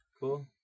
Cool